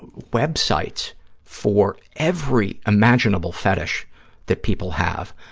web sites for every imaginable fetish that people have.